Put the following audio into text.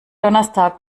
donnerstag